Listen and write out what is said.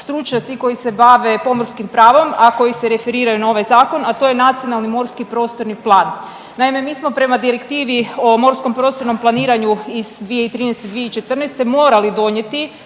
stručnjaci koji se bave pomorskim pravom, a koji se referiraju na ovaj zakon, a to je nacionalni morski prostorni plan. Naime, mi smo prema Direktivi o morskom prostornom planiranju iz 2013., 2014. morali donijeti